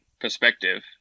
perspective